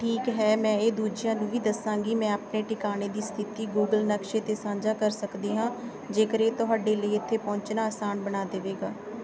ਠੀਕ ਹੈ ਮੈਂ ਇਹ ਦੂਜਿਆਂ ਨੂੰ ਵੀ ਦੱਸਾਂਗੀ ਮੈਂ ਆਪਣੇ ਟਿਕਾਣੇ ਦੀ ਸਥਿਤੀ ਗੂਗਲ ਨਕਸ਼ੇ 'ਤੇ ਸਾਂਝਾ ਕਰ ਸਕਦੀ ਹਾਂ ਜੇਕਰ ਇਹ ਤੁਹਾਡੇ ਲਈ ਇੱਥੇ ਪਹੁੰਚਣਾ ਆਸਾਨ ਬਣਾ ਦੇਵੇਗਾ